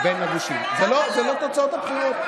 אלה לא תוצאות הבחירות.